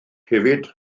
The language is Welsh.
hefyd